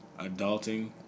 adulting